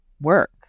work